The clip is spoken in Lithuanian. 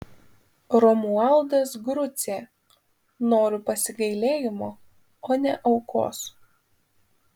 romualdas grucė noriu pasigailėjimo o ne aukos